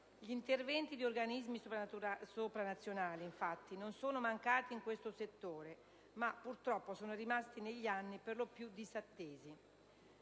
Gli interventi di organismi sopranazionali infatti non sono mancati in questo settore, ma purtroppo sono rimasti negli anni per lo più disattesi.